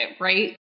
right